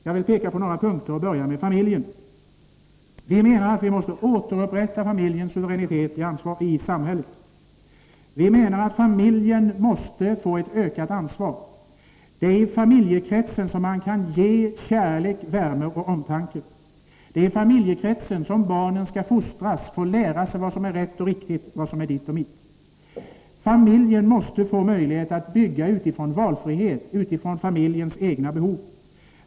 Jag vill peka på några punkter och börjar med familjen. Vi menar att man måste återupprätta familjens suveränitet i samhället. Familjen måste få ett ökat ansvar. Det är i familjekretsen som man kan ge kärlek, värme och omtanke. Det är i familjekretsen som barnen skall fostras och läras vad som är rätt och riktigt, vad som är mitt och ditt. Familjen måste få möjlighet att fungera utifrån valfrihet och familjens egna behov.